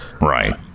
right